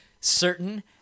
certain